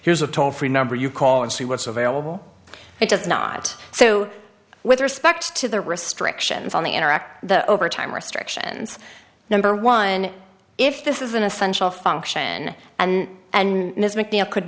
here's a toll free number you call and see what's available it does not so with respect to the restrictions on the interact the overtime restrictions number one if this is an essential function and and